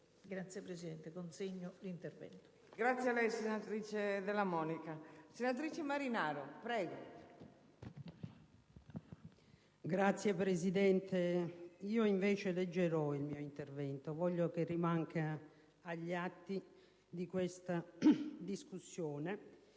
Signora Presidente, io invece leggerò il mio intervento, perché voglio che rimanga agli atti della discussione